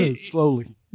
Slowly